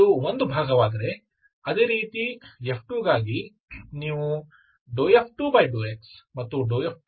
ಇದು ಒಂದು ಭಾಗವಾದರೆ ಅದೇ ರೀತಿ F2 ಗಾಗಿ ನೀವು F2∂x ಮತ್ತು F2∂y ಎಂದು ಬರೆಯಿರಿ